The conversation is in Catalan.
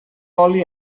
oli